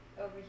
over